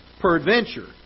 peradventure